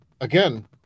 Again